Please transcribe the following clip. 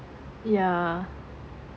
yeah